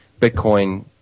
Bitcoin